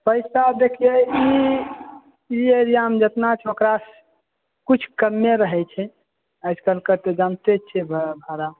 पैसा देखियै ई एरिया मे जेतना छै ओकरा सॅं किछु कम्मे रहै छै आजकल के तऽ जानिते छियै भाड़ा